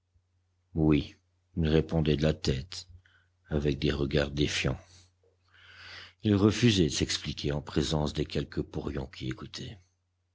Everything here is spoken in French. oui il répondait de la tête avec des regards défiants il refusait de s'expliquer en présence des quelques porions qui écoutaient